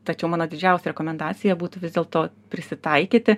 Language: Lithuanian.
tačiau mano didžiausia rekomendacija būtų vis dėlto prisitaikyti